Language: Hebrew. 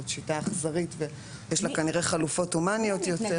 זאת שיטה אכזרית ויש לה כנראה חלופות הומניות יותר.